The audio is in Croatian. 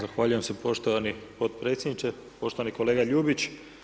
Zahvaljujem se poštovani potpredsjedniče, poštovani kolega Ljubić.